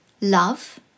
love